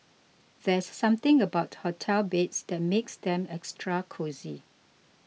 there's something about hotel beds that makes them extra cosy